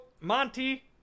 Monty